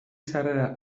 sarrera